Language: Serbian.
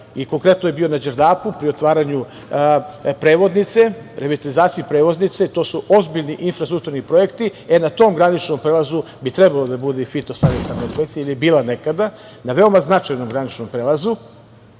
konkretno je bio na Đerdapu pri otvaranju prevodnice, revitalizaciji prevodnice, to su ozbiljni infrastrukturni projekti. E, na tom graničnom prelazu bi trebalo da bude i fitosanitarna inspekcija, jer je bila nekada, na veoma značajnom graničnom prelazu,